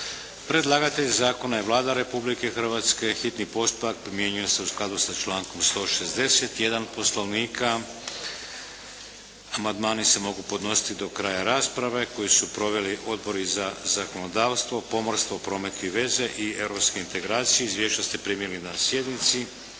Predlagatelj zakona je Vlada Republike Hrvatske. Hitni postupak primjenjuje se u skladu sa člankom 161. Poslovnika. Amandmani se mogu podnositi do kraja rasprave koju su proveli odbori za zakonodavstvo, pomorstvo, promet i veze i europske integracije. Izvješća ste primili na sjednici.